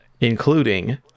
including